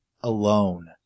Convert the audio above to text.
Alone